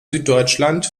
süddeutschland